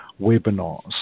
webinars